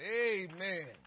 Amen